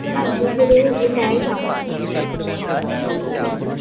ਹਾਂਜੀ ਜਰੂਰ ਜੀ ਮੈਂ ਈ ਆਵਾਂਗੀ ਠੀਕ ਐ ਜੀ